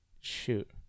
shoot